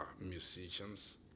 musicians